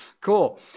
cool